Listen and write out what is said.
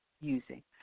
using